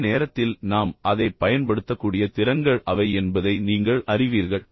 அதே நேரத்தில் நாம் அதைப் பயன்படுத்தக்கூடிய திறன்கள் அவை என்பதை நீங்கள் அறிவீர்கள்